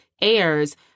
airs